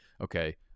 okay